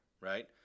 right